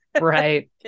Right